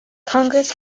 congress